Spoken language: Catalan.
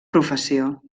professió